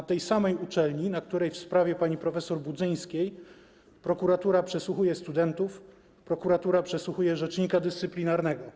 Na tej samej uczelni, na której w sprawie pani prof. Budzyńskiej prokuratura przesłuchuje studentów, prokuratura przesłuchuje rzecznika dyscyplinarnego.